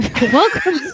Welcome